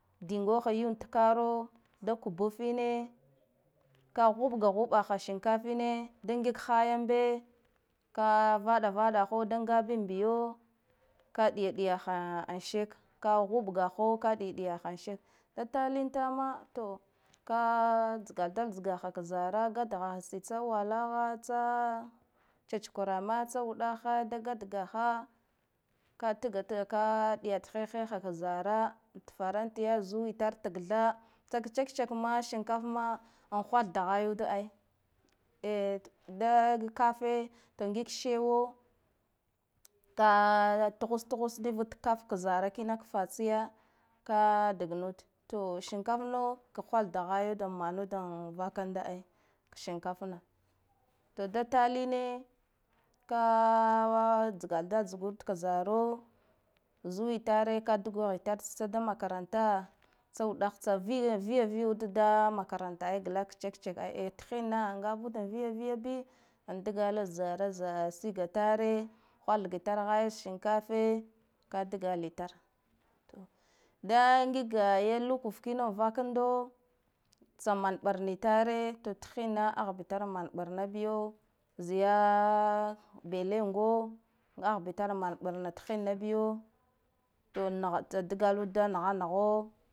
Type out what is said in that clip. Dingo ha yuwa tkaro da kubuffine ka huɗga huɗa ha shimkaffine, da ngig haya ambe ka va ɗa vaɗa hho da ngabi biyo, ka ɗiya ɗiyaha an sheka ka huɗga ho ka ɗiya ɗiya ha in sheka da talin tama. To ka toga dala tsgaha ka zara gat gaha tsitse walaha checkurema wuɗahe da gat gaha ka tgatga, ka ɗiyat he ha ka zara ta farantiye zuwitar tatha tsak check check ma shinkafma an hwalda hayu ai, da kaffe ngig shewa da tuhus tuhus nivud kaf ka zaara kina ka fa tsiya ka dagno shinkafa no walda hayude mana vakanda ai, to data line ka tsgadala tsgude ka zaro zuwi tare ka dugo itare tsitsa da makarata tsa wuɗahe tsa viya viya viyu da makaranta glak tsa check-check ai a thinna ngabuda viya viya bi, an dgala zara zara da sigatare hwath gitar haya shinkafe ka dgalitare da ngiga ya lukur kino vakando tsa man ɓarna itare to thinna ahbitara man ɓarna biyo zi ya belengo, ahbilara mana ɓarna bi thinna biyo to nah tsa dgalaud da nah naho.